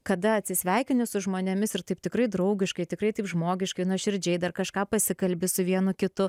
kada atsisveikini su žmonėmis ir taip tikrai draugiškai tikrai taip žmogiškai nuoširdžiai dar kažką pasikalbi su vienu kitu